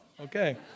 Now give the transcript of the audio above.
Okay